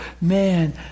man